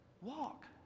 Walk